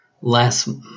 last